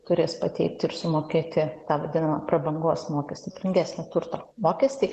turės pateikti ir sumokėti tą vadinamą prabangos mokestį brangesnio turto mokestį